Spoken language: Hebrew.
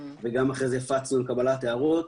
וגם אחרי זה הפצנו לקבלת הערות.